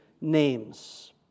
names